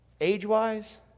Age-wise